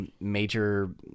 major